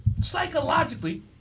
psychologically